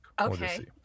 Okay